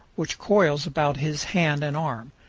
which coils about his hand and arm.